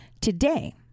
today